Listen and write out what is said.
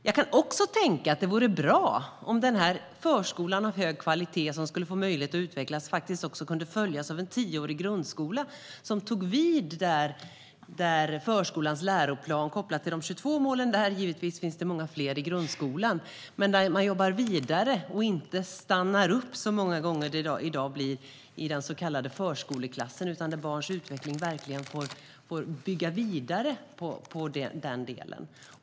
Det vore också bra om förskolan kunde följas av en tioårig grundskola, som tog vid där förskolans läroplan slutar, kopplat till de 22 målen där. Givetvis finns det många fler mål i grundskolan, men det vore bra om man kunde jobba vidare i stället för att, som det ofta blir i dag, stanna upp i den så kallade förskoleklassen. Då kan barnens utveckling verkligen bygga vidare på förskolan.